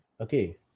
okay